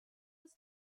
has